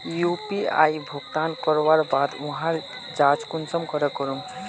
UPI भुगतान करवार बाद वहार जाँच कुंसम करे करूम?